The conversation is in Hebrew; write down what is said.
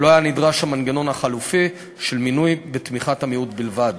לא היה נדרש המנגנון החלופי של מינוי בתמיכת המיעוט בלבד.